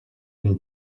d’une